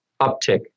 uptick